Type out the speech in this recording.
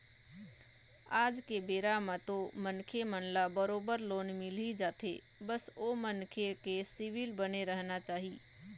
आज के बेरा म तो मनखे मन ल बरोबर लोन मिलही जाथे बस ओ मनखे के सिविल बने रहना चाही